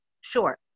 Sure